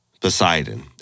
Poseidon